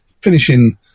finishing